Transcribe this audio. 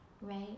Right